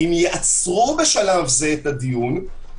אם יעצרו בשלב זה את הדיון,